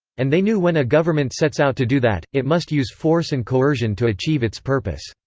and they knew when a government sets out to do that, it must use force and coercion to achieve its purpose.